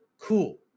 cool